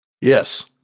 Yes